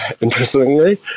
Interestingly